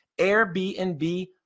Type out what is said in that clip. Airbnb